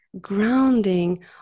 grounding